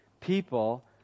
people